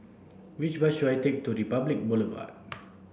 which bus should I take to Republic Boulevard